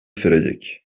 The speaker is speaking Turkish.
sürecek